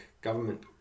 government